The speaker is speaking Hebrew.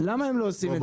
למה הם לא עושים את זה?